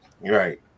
Right